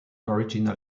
original